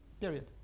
Period